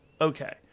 okay